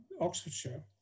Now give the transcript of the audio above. Oxfordshire